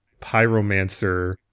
pyromancer